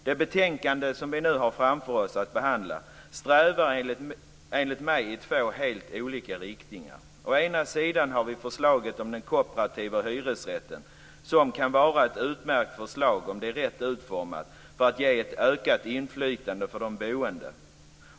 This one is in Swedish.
Det betänkande som vi nu har att behandla strävar enligt min mening i två helt olika riktningar. Å ena sidan har vi förslaget om den kooperativa hyresrätten, som rätt utformat kan vara ett utmärkt förslag för att ge ett ökat inflytande för de boende.